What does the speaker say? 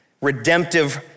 redemptive